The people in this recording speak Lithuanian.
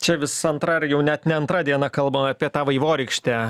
čia vis antra ar jau net ne antra diena kalbam apie tą vaivorykštę